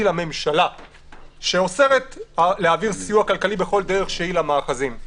לממשלה שאוסרת להעביר סיוע כלכלי בכל דרך שהיא למאחזים.